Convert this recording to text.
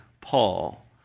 Paul